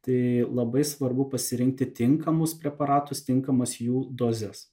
tai labai svarbu pasirinkti tinkamus preparatus tinkamas jų dozes